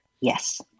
Yes